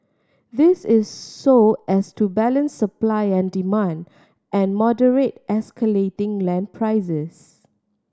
this is so as to balance supply and demand and moderate escalating land prices